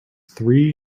three